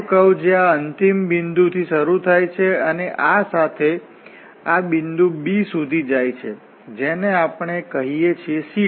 બીજો કર્વ જે આ અંતિમ બિંદુથી શરૂ થાય છે અને આ સાથે આ બિંદુ b સુધી જાય છે જેને આપણે કહીએ છીએ C2